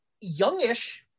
youngish